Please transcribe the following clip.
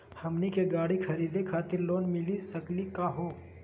हमनी के गाड़ी खरीदै खातिर लोन मिली सकली का हो?